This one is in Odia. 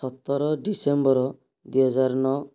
ସତର ଡ଼ିସେମ୍ବର ଦୁଇହଜାର ନଅ